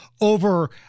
over